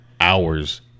hours